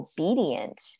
obedient